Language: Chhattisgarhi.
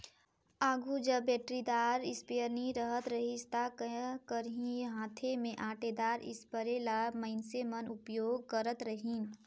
आघु जब बइटरीदार इस्पेयर नी रहत रहिस ता का करहीं हांथे में ओंटेदार इस्परे ल मइनसे मन उपियोग करत रहिन